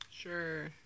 Sure